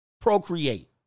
procreate